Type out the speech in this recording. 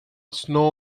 snow